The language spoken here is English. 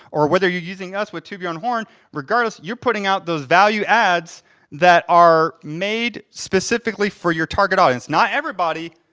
or whether you're using us with tube your own horn, regardless, you're putting out those value ads that are made specifically for your target audience. not everybody.